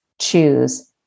choose